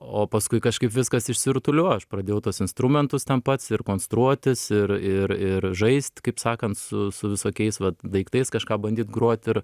o paskui kažkaip viskas išsirutuliojo aš pradėjau tuos instrumentus ten pats ir konstruotis ir ir ir žaist kaip sakant su su visokiais vat daiktais kažką bandyt grot ir